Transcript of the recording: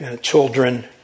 children